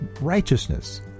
righteousness